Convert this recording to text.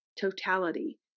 totality